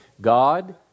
God